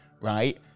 right